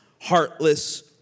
heartless